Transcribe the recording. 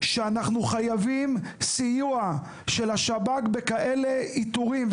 שאנחנו חייבים סיוע של השב"כ באיתורים כאלה,